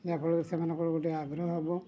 ଯାହାଫଳରେ ସେମାନଙ୍କର ଗୋଟେ ଆଗ୍ରହ ହେବ